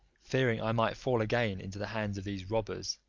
fearing i might fall again into the hands of these robbers.